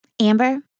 Amber